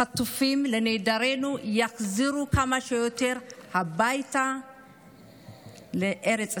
לחטופינו ולנעדרינו שיחזרו כמה שיותר מהר הביתה לארץ ישראל,